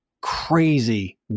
crazy